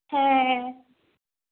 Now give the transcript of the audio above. হ্যাঁ